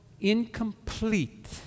incomplete